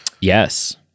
yes